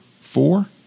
four